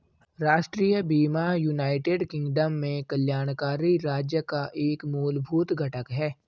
राष्ट्रीय बीमा United Kingdom में कल्याणकारी राज्य का एक मूलभूत घटक है